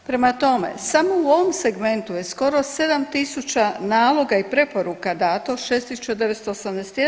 Prema tome, samo u ovom segmentu je skoro 7000 naloga i preporuka dato 6981.